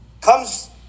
comes